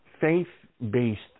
Faith-based